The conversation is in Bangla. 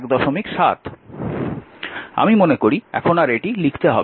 আমি মনে করি এখন আর এটি লিখতে হবে না